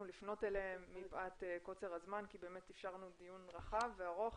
לפנות אליהם מפאת קוצר הזמן כי באמת אפשרנו דיון רחב וארוך,